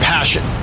Passion